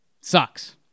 Sucks